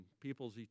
people's